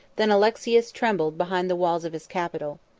than alexius trembled behind the walls of his capital.